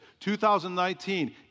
2019